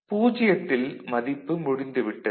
0 இல் மதிப்பு முடிந்துவிட்டது